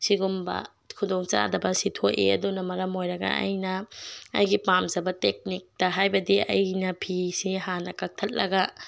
ꯁꯤꯒꯨꯝꯕ ꯈꯨꯗꯣꯡ ꯆꯥꯗꯕꯁꯤ ꯊꯣꯛꯏ ꯑꯗꯨꯅ ꯃꯔꯝ ꯑꯣꯏꯔꯒ ꯑꯩꯅ ꯑꯩꯒꯤ ꯄꯥꯝꯖꯕ ꯇꯦꯛꯅꯤꯛꯇ ꯍꯥꯏꯕꯗꯤ ꯑꯩꯅ ꯐꯤꯁꯦ ꯍꯥꯟꯅ ꯀꯛꯊꯠꯂꯒ